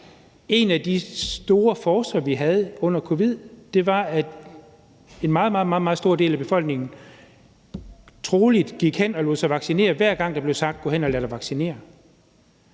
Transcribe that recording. en af de store forcer, vi havde under covid-19-epidemien, at en meget, meget stor del af befolkningen troligt gik hen og lod sig vaccinere, hver gang der blev sagt: Gå hen og lad dig vaccinere.